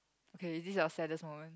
okay is this your saddest moment